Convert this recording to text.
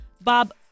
Bob